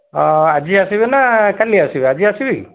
ଆଜି ଆସିବେ ନା କାଲି ଆସିବେ ଆଜି ଆସିବେ କି